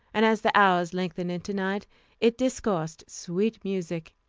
and as the hours lengthened into night it discoursed sweet music.